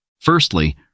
Firstly